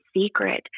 secret